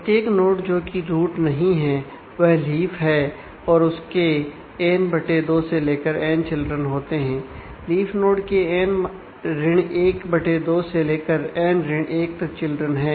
प्रत्येक नोड 2 से लेकर n 1 तक चिल्ड्रन है